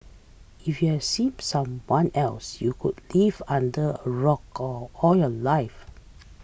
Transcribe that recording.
if you haven't seen some one else you could live under a rock all your life